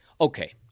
okay